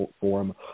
form